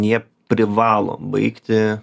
jie privalo baigti